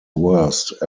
worst